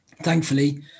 thankfully